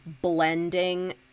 blending